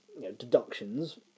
deductions